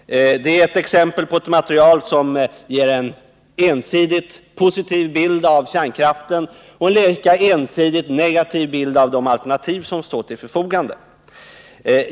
Det är ett exempel på material som ger en ensidigt positiv bild av kärnkraften och en lika ensidigt negativ bild av de alternativ som står till förfogande.